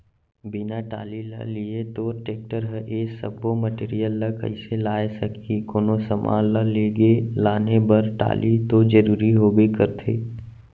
बिना टाली ल लिये तोर टेक्टर ह ए सब्बो मटेरियल ल कइसे लाय सकही, कोनो समान ल लेगे लाने बर टाली तो जरुरी होबे करथे